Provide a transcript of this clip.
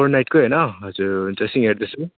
पर नाइटकै होइन हुन्छ एकछिन हेर्दैछु